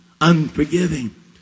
unforgiving